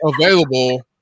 available